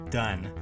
done